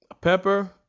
pepper